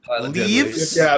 Leaves